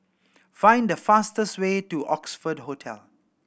find the fastest way to Oxford Hotel